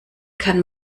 kann